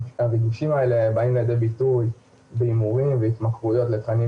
הריגושים האלה באים לידי ביטוי בהימורים והתמכרויות לתכנים